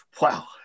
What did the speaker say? wow